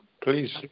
Please